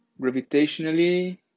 gravitationally